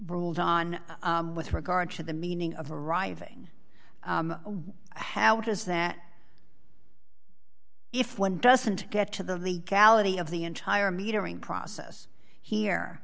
ruled on with regard to the meaning of arriving how does that if one doesn't get to the legality of the entire metering process here